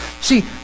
See